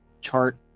chart